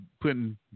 putting